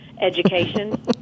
education